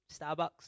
Starbucks